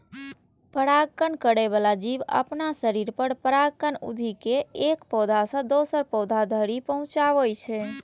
परागण करै बला जीव अपना शरीर पर परागकण उघि के एक पौधा सं दोसर पौधा धरि पहुंचाबै छै